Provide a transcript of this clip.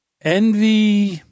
Envy